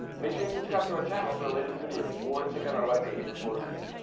make sure you subscribe to our channel for the latest videos, or check out our website for the full review!